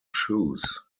shoes